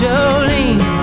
Jolene